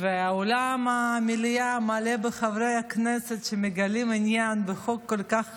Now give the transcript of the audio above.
אולם המליאה מלא בחברי כנסת שמגלים עניין בחוק כל כך חשוב.